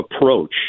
approach